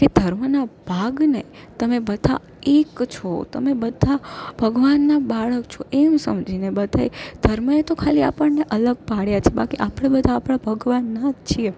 કે ધર્મના ભાગને તમે બધા એક છો તમે બધા ભગવાનના બાળક છો એવું સમજીને બધાય ધર્મે તો ખાલી આપણને અલગ પાડ્યા છે બાકી આપળે બધા આપણા ભગવાનના છીએ